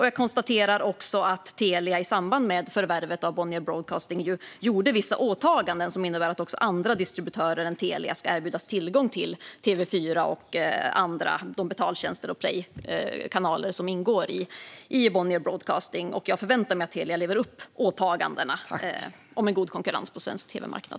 Jag konstaterar också att Telia i samband med förvärvet av Bonnier Broadcasting gjorde vissa åtaganden som innebär att även andra distributörer än Telia ska erbjudas tillgång till TV4 och annat - de betaltjänster och Play-kanaler som ingår i Bonnier Broadcasting. Jag förväntar mig att Telia lever upp till åtagandena om en god konkurrens på svensk tv-marknad.